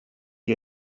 gli